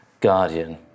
guardian